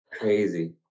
crazy